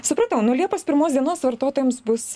supratau nuo liepos pirmos dienos vartotojams bus